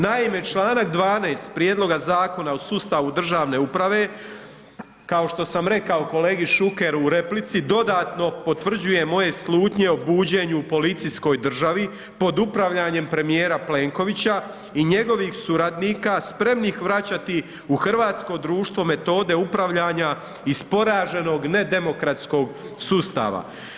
Naime, čl. 12. prijedloga Zakona o sustavu državne uprave, kao što sam rekao kolegi Šukeru u replici, dodatno potvrđuje moje slutnje o buđenju u policijskoj državi pod upravljanjem premijera Plenkovića i njegovih suradnika spremnih vraćati u hrvatsko društvo metode upravljanja iz poraženog nedemokratskog sustava.